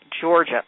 Georgia